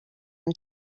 him